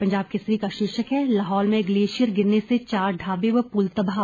पंजाब केसरी का शीर्षक है लाहौल में ग्लेशियर गिरने से चार ढाबे व पुल तबाह